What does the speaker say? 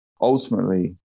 ultimately